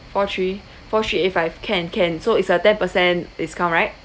four three four three eight five can can so it's a ten percent discount right